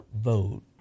vote